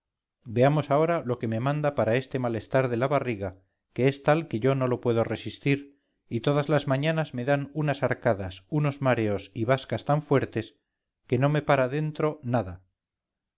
veamos ahora lo que me manda para este malestar de la barriga que es tal que yo no lo puedo resistir y todas las mañanas me dan unas arcadas unos mareos y bascas tan fuertes que no me para dentro nada